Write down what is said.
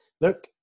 look